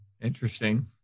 Interesting